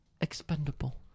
expendable